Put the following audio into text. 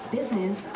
Business